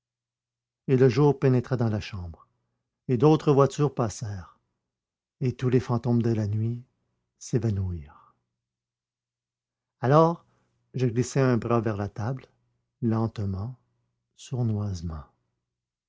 et le jour pénétra dans la chambre et d'autres voitures passèrent et tous les fantômes de la nuit s'évanouirent alors je sortis un bras du lit lentement sournoisement